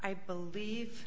i believe